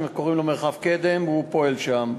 קוראים לו מרחב קדם, והוא פועל שם.